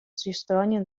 сосуществование